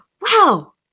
Wow